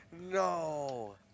No